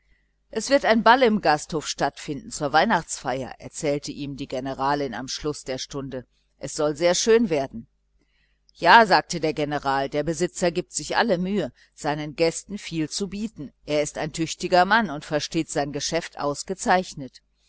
es wird ein ball im hotel arrangiert zur weihnachtsfeier erzählte ihm die generalin am schluß der stunde es soll sehr schön werden ja sagte der general der hotelier gibt sich alle mühe seinen gästen viel zu bieten er ist ein tüchtiger mann und versteht sein geschäft ausgezeichnet